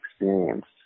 experienced